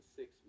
six